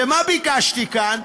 ומה ביקשתי כאן?